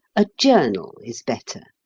a journal is better.